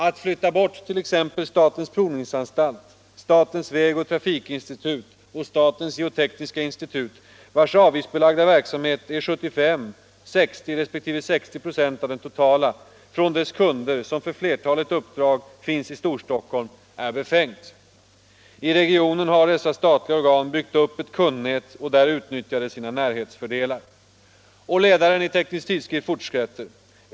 Att flytta bort tex Statens Provningsanstalt, Statens Vägoch Trafikinstitut och Statens Geotekniska Institut — vars avgiftsbelagda verksamhet är 75, 60 resp 60 96 av den totala — från dess kunder, som för flertalet uppdrag finns i Storstockholm, är befängt. I regionen har dessa statliga organ byggt upp ett kundnät och där utnyttjar de sina närhetsfördelar.